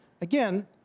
again